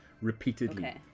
repeatedly